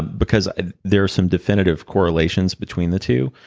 because there are some definitive correlations between the two.